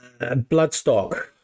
Bloodstock